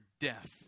death